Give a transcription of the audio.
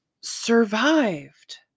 survived